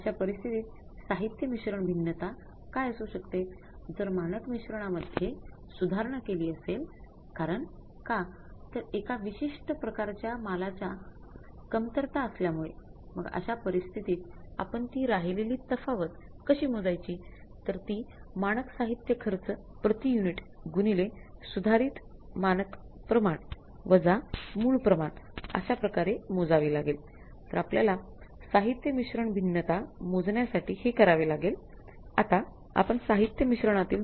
अश्या परिस्थितीत साहित्य मिश्रण भिन्नता अश्या प्रकारे मोजावी लागेल